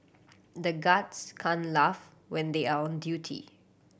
the guards can't laugh when they are on duty